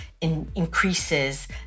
increases